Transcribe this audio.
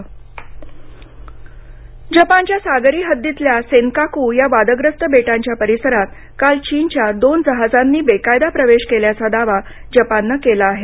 चीन जहाज जपान जपानच्या सागरी हद्दीतल्या सेन्काकू या वादग्रस्त बेटांच्या परिसरात काल चीनच्या दोन जहाजांनी बेकायदा प्रवेश केल्याचा दावा जपाननं केला आहे